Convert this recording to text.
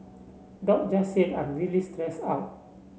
Doc just said I'm really stressed out